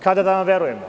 Kada da vam verujem?